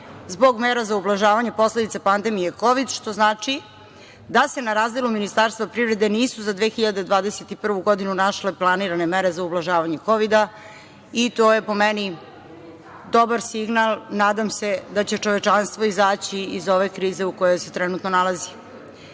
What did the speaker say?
zbog mera za ublažavanje posledica pandemije kovid, što znači da se na razdelu Ministarstva privrede nisu za 2021. godinu našla planirane mere za ublažavanje kovida i to je po meni dobar signal, nadam se da će čovečanstvo izaći iz ove krize u kojoj se trenutno